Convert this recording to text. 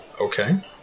Okay